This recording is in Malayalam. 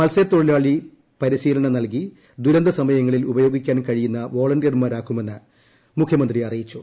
മത്സ്യത്തൊഴിലാളികളെ പരിശീലനം നൽകി ദുരന്തസമയങ്ങളിൽ ഉപയോഗിക്കാൻ കഴിയുന്ന വോളണ്ടിയർമാരാക്കുമെന്ന് മുഖ്യമന്ത്രി അറിയിച്ചു